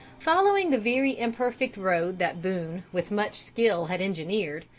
following the very imperfect road that boone with much skill had engineered,